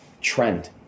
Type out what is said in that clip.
trend